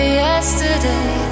yesterday